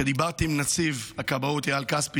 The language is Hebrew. כשדיברתי עם נציב הכבאות אייל כספי,